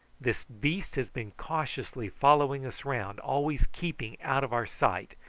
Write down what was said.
this beast has been cautiously following us round, always keeping out of our sight.